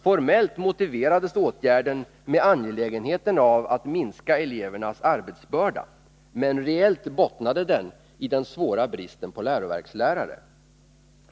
Formellt motiverades åtgärden med angelägenheten av att minska elevernas arbetsbörda, men reellt bottnade den i den svåra bristen på läroverkslärare.